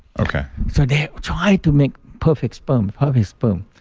so, they try to make perfect sperm, perfect sperm.